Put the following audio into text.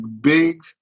big